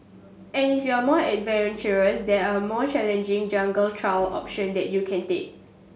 and if you're more adventurous there are more challenging jungle trail option that you can take